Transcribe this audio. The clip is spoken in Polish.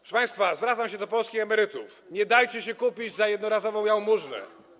Proszę państwa - zwracam się do polskich emerytów - nie dajcie się kupić za jednorazową jałmużnę.